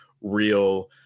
real